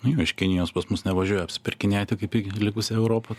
nu jo iš kinijos pas mus nevažiuoja apsipirkinėti kaip į likusią europą